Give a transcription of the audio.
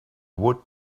would